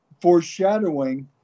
foreshadowing